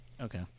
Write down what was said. Okay